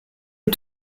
est